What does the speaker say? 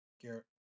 Garrett